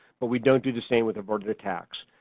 but we don't do the same with averted attacks.